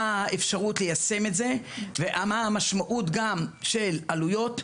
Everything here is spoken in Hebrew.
האפשרות ליישם את זה ומה המשמעות של עלויות,